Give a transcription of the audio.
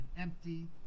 empty